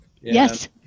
Yes